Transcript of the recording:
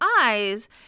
eyes